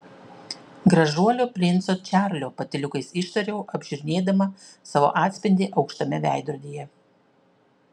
gražuolio princo čarlio patyliukais ištariau apžiūrinėdama savo atspindį aukštame veidrodyje